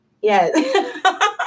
Yes